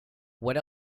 what